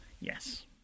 Yes